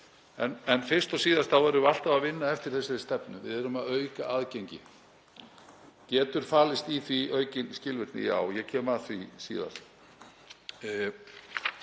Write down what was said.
En fyrst og síðast erum við alltaf að vinna eftir þessari stefnu: Við erum að auka aðgengi. Getur falist í því aukin skilvirkni? Já, ég kem að því síðar.